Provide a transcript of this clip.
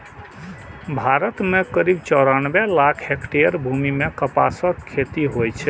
भारत मे करीब चौरानबे लाख हेक्टेयर भूमि मे कपासक खेती होइ छै